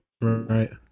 right